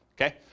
okay